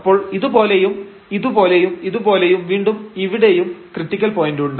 അപ്പോൾ ഇതുപോലെയും ഇതുപോലെയും ഇതുപോലെയും വീണ്ടും ഇവിടെയും ക്രിട്ടിക്കൽ പോയന്റുണ്ട്